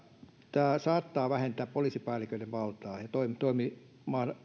tämä saattaa vähentää poliisipäälliköiden valtaa ja